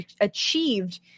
achieved